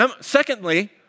secondly